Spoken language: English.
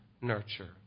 nurture